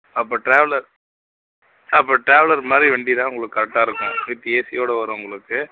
அப்போ ட்ராவலர் அப்போ ட்ராவலர் மாதிரி வண்டிதான் உங்களுக்கு கரெக்டாக இருக்கும் வித் ஏசியோடு வரும் உங்களுக்கு